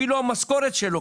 אפילו המשכורת שלו,